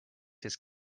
his